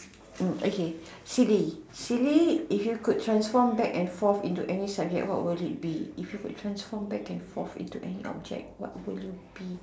oh okay silly silly if you could transform back and forth into any subject what will you be if you could transform back and forth into any object what will you be